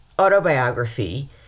autobiography